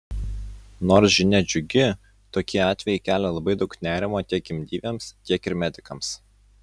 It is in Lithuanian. nors žinia džiugi tokie atvejai kelia labai daug nerimo tiek gimdyvėms tiek ir medikams